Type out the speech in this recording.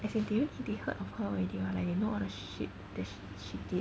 as in dude they heard of her already [what] like you know all the shit that she did